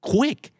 Quick